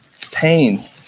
pain